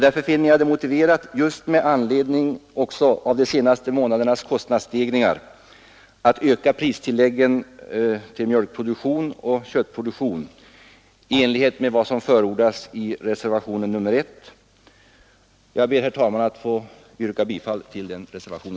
Därför finner jag det motiverat — just med anledning av de senaste månadernas kostnadsstegringar — att öka pristilläggen till mjölkproduktionen och köttproduktionen enligt vad som förordas i reservationen 1. Jag ber, herr talman, att få yrka bifall till denna reservation.